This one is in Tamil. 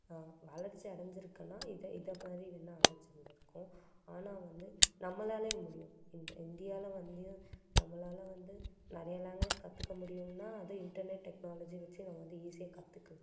வளர்ச்சி அடைஞ்சிருக்குனா இதை இதை மாதிரி வேணால் வளர்ச்சி அடைஞ்சிருக்கும் ஆனால் வந்து நம்மளாலே முடியும் இந் இந்தியாவில் வந்துயும் நம்மளால் வந்து நிறைய லேங்குவேஜ் கற்றுக்க முடியும்னால் அது இன்டர்நெட் டெக்னாலஜி வெச்சு நம்ம வந்து ஈஸியாக கற்றுக்கலாம்